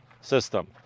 system